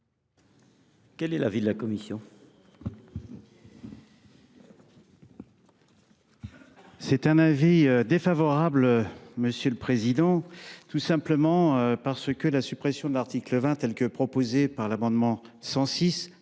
Quel est l’avis de la commission